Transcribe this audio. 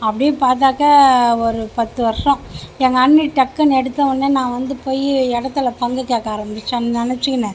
அப்படி பார்த்தாக்க ஒரு பத்து வருஷம் எங்கள் அண்ணி டக்குன்னு எடுத்த உடனே நான் வந்து போய் இடத்துல பங்கு கேட்க ஆரமித்தேன் நினச்சிகின்னு